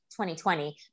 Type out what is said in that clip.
2020